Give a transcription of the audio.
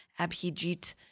Abhijit